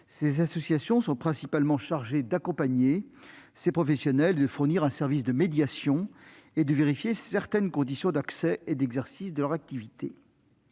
(ACPR), qui seront principalement chargées d'accompagner ces professionnels, de fournir un service de médiation et de vérifier certaines conditions d'accès et d'exercice de leur activité.